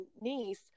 niece